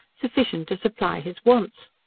sufficient to supply his wants.